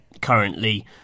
currently